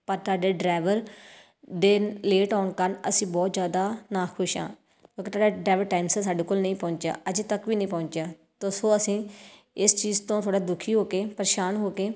ਪਰ ਤੁਹਾਡੇ ਡਰਾਈਵਰ ਦੇ ਲੇਟ ਆਉਣ ਕਾਰਨ ਅਸੀਂ ਬਹੁਤ ਜ਼ਿਆਦਾ ਨਾ ਖੁਸ਼ ਹਾਂ ਅਗਰ ਤੁਹਾਡਾ ਡਰਾਈਵਰ ਟਾਇਮ ਸਿਰ ਸਾਡੇ ਕੋਲ ਨਹੀਂ ਪਹੁੰਚਿਆ ਅਜੇ ਤੱਕ ਵੀ ਨਹੀਂ ਪਹੁੰਚਿਆ ਤੋ ਸੋ ਅਸੀਂ ਇਸ ਚੀਜ਼ ਤੋਂ ਥੋੜ੍ਹਾ ਦੁਖੀ ਹੋ ਕੇ ਪਰੇਸ਼ਾਨ ਹੋ ਕੇ